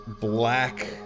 black